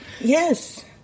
Yes